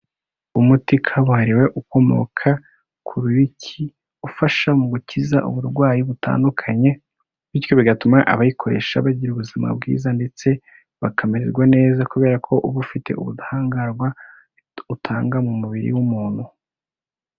Umuti kabuhariwe, ukomoka ku uruyuki, ufasha mu gukiza uburwayi butandukanye, bityo bigatuma abayikoresha bagira ubuzima bwiza, ndetse bakamererwa neza kubera ko uba ufite ubudahangarwa, utanga mu mubiri w'umuntu.